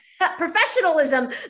professionalism